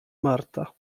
marta